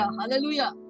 hallelujah